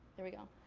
there we go.